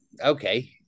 okay